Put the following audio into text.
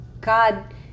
God